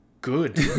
good